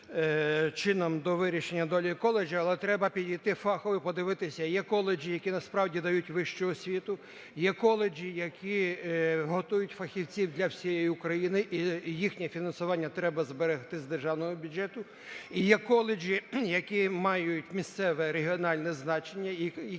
чином до вирішення долі коледжів, але треба підійти фахово і подивитися: є коледжі, які, насправді, дають вищу освіту; є коледжі, які готують фахівців для всієї України, і їхнє фінансування треба зберегти з державного бюджету; і є коледжі, які мають місцеве регіональне значення, які